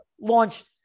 launched